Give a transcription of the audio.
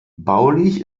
baulich